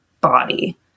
body